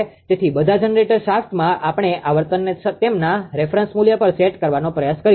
તેથી બધા જનરેટર શાફ્ટમાં આપણે આવર્તનને તેમના રેફરન્સ મૂલ્ય પર સેટ કરવાનો પ્રયાસ કરીશું